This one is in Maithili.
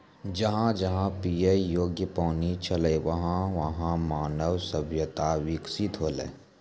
जहां जहां पियै योग्य पानी छलै वहां वहां मानव सभ्यता बिकसित हौलै